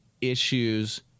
issues